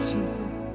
Jesus